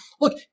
look